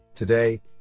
Today